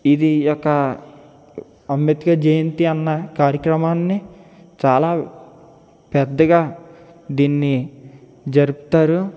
ఇది ఈయొక్క అంబేద్కర్ జయంతి అన్న కార్యక్రమాన్ని చాలా పెద్దగా దీన్ని జరుపుతారు